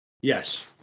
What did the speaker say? Yes